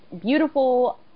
beautiful